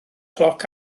cloc